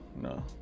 no